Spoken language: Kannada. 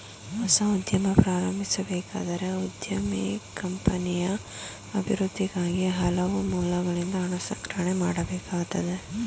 ಹೊಸ ಉದ್ಯಮ ಪ್ರಾರಂಭಿಸಬೇಕಾದರೆ ಉದ್ಯಮಿ ಕಂಪನಿಯ ಅಭಿವೃದ್ಧಿಗಾಗಿ ಹಲವು ಮೂಲಗಳಿಂದ ಹಣ ಸಂಗ್ರಹಣೆ ಮಾಡಬೇಕಾಗುತ್ತದೆ